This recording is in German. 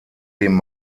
dem